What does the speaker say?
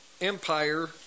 empire